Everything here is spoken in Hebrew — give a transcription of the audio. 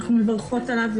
אנחנו מברכות עליו.